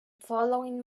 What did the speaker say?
following